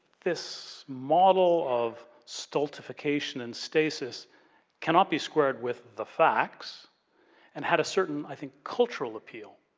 this model of stultification and stasis cannot be squared with the facts and had a certain, i think, cultural appeal.